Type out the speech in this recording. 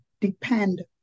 depend